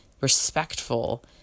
respectful